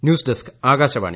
news desk Akashvani